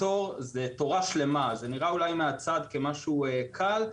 זה נראה אולי מהצד כמשהו קל,